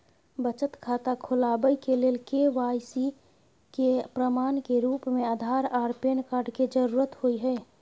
बचत खाता खोलाबय के लेल के.वाइ.सी के प्रमाण के रूप में आधार आर पैन कार्ड के जरुरत होय हय